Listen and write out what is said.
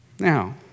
Now